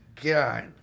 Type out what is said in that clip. God